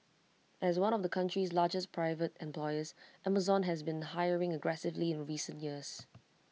as one of the country's largest private employers Amazon has been hiring aggressively in recent years